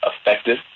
effective